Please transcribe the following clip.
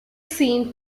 seen